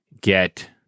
get